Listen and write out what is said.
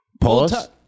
Pause